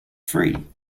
free